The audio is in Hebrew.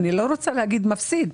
אני לא רוצה להגיד מפסיד,